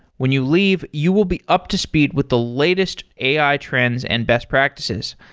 when you leave, you will be up to speed with the latest ai trends and best practices.